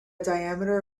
diameter